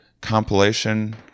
compilation